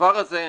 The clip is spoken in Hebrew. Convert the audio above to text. הדבר הזה,